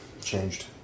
changed